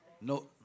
No